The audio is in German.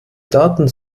daten